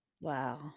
Wow